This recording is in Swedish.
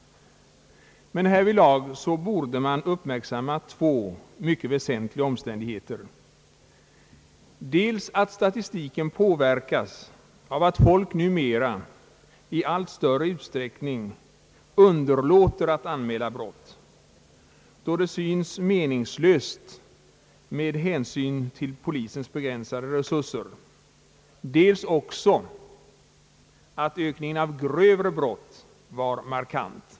Men härvidlag torde man uppmärksamma två mycket väsentliga omständigheter, cels att statistiken påverkas av att folk numera i allt större utsträckning underlåter att anmäla brott, då det synes meningslöst med hänsyn till polisens begränsade resurser, dels att ökningen av grövre brott var markani.